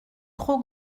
trop